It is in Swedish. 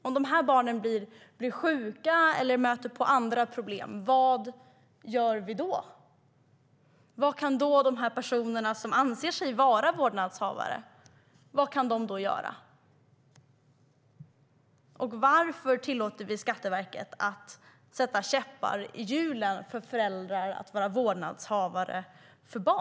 Om dessa barn blir sjuka eller möter andra problem, vad gör vi då? Vad kan då de personer som anser sig vara vårdnadshavare göra? Och varför tillåter vi Skatteverket att sätta käppar i hjulen för föräldrar att vara vårdnadshavare för barn?